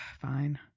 fine